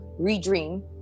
redream